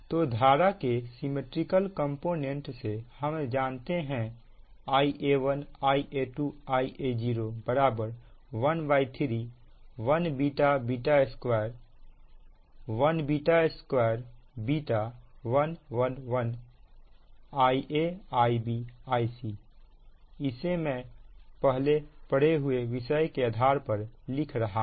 तो धारा के सिमिट्रिकल कंपोनेंट से हम जानते हैं Ia1 Ia2 Ia0 131 2 1 2 1 1 1 Ia Ib Ic इसे मैं पहले पढ़े हुए विषय के आधार पर लिख रहा हूं